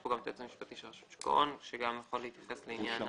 נמצא כאן היועץ המשפטי של רשות שוק ההון שגם הוא יוכל להתייחס לעניין.